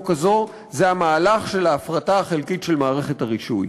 הזו זה המהלך של ההפרטה החלקית של מערכת הרישוי,